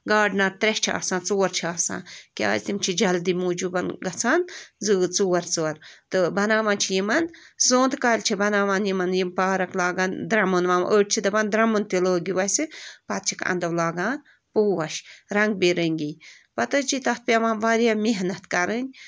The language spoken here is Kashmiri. گاڈنر ترٛےٚ چھِ آسان ژور چھِ آسان کیٛازِ تِم چھِ جلدی موٗجوٗب گَژھان زٕٲز ژور ژور تہٕ بَناوان چھِ یِمن سۄنٛتہِ کالہِ چھِ بَناوان یِمن یِم پارک لاگان درٛمُن وَ أڑۍ چھِ دَپان درٛمُن تہِ لٲگِو اَسہِ پتہٕ چھِکھ انٛدو لاگان پوش رنگ بہِ رنگی پتہٕ حظ چھِ تَتھ پٮ۪وان وارِیاہ محنت کَرٕنۍ